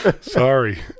Sorry